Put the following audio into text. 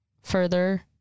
further